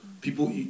people